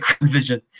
vision